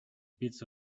bits